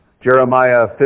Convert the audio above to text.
Jeremiah